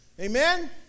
Amen